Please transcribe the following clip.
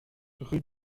rue